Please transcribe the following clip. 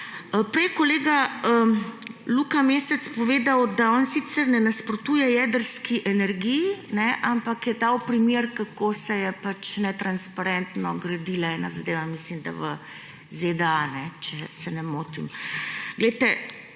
Prej je kolega Luka Mesec povedal, da on sicer ne nasprotuje jedrski energiji, ampak je dal primer, kako se je netransparentno gradila ena zadeva, mislim da, v ZDA, če se ne motim. Glejte,